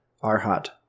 Arhat